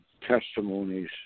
testimonies